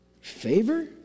Favor